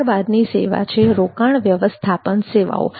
ત્યારબાદની સેવા છે રોકાણ વ્યવસ્થાપન સેવાઓ